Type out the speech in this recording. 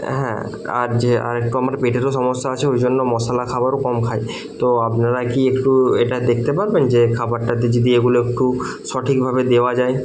হ্যাঁ আর যে আর একটু আমার পেটেরও সমস্যা আছে ওই জন্য মশালা খাবারও কম খাই তো আপনারা কি একটু এটা দেখতে পারবেন যে খাবারটাতে যদি এগুলো একটু সঠিকভাবে দেওয়া যায়